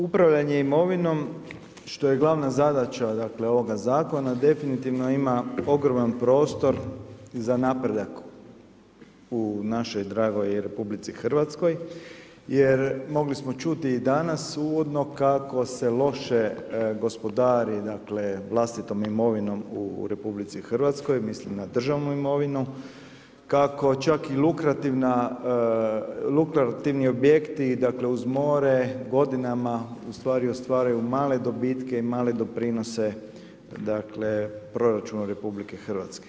Upravljanje imovinom, što je glavna zadaća ovoga zakona, definitivno ima ogroman prostor za napredak u našoj dragoj RH jer mogli smo čuti i danas uvodno kako se loše gospodari vlastitom imovinom u RH, mislim na državu imovinu, kako čak i lukrativni objekti uz more godinama ostvaruju male dobitke i male doprinose proračunu RH.